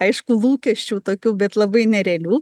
aišku lūkesčių tokių bet labai nerealių